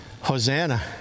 Hosanna